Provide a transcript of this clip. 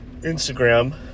Instagram